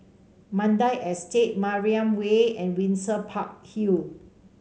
Mandai Estate Mariam Way and Windsor Park Hill